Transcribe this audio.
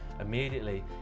immediately